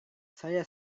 saya